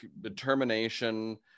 determination